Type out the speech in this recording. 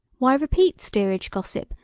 why repeat steerage gossip,